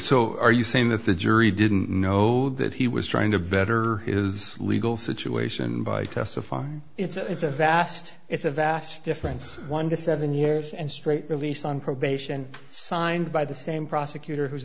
are you saying that the jury didn't know that he was trying to better his legal situation by testifying it's a it's a vast it's a vast difference one to seven years and straight released on probation signed by the same prosecutor who's